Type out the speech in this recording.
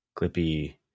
Clippy